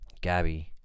Gabby